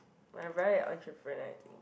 my brother is entrepreneur I think